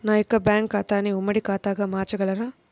నా యొక్క బ్యాంకు ఖాతాని ఉమ్మడి ఖాతాగా మార్చగలరా?